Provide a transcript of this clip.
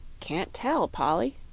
can't tell, polly,